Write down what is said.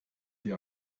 die